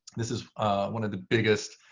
this is one of the biggest,